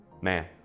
Man